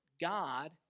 God